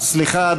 סליחה,